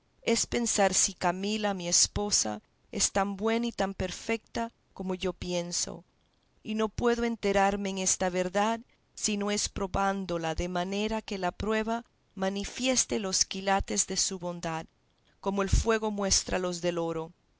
es pensar si camila mi esposa es tan buena y tan perfeta como yo pienso y no puedo enterarme en esta verdad si no es probándola de manera que la prueba manifieste los quilates de su bondad como el fuego muestra los del oro